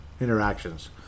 interactions